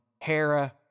Hera